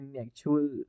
actual